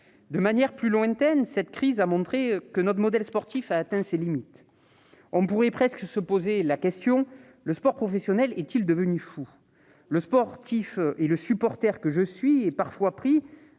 De façon moins immédiate, cette crise montre que notre modèle sportif a atteint ses limites. On pourrait presque se poser la question : le sport professionnel est-il devenu fou ? Le sportif et le supporter que je suis est parfois